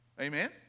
Amen